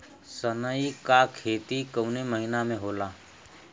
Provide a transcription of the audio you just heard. सनई का खेती कवने महीना में होला?